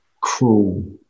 cruel